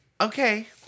okay